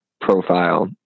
Profile